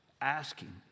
asking